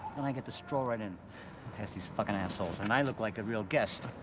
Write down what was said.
and i get to stroll right in past these fuckin' assholes and i look like a real guest.